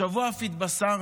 השבוע אף התבשרנו